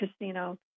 casino